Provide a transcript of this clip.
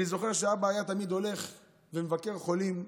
אני זוכר שאבא היה תמיד הולך לבקר חולים,